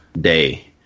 day